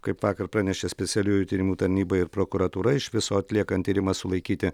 kaip vakar pranešė specialiųjų tyrimų tarnyba ir prokuratūra iš viso atliekant tyrimą sulaikyti